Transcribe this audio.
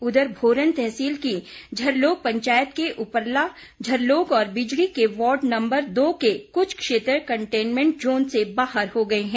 उधर भोरंज तहसील की झरलोग पंचायत के उपरला झरलोग और बिझड़ी के वार्ड नम्बर दो के कुछ क्षेत्र कंटेनमेंट ज़ोन से बाहर हो गए हैं